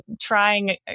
trying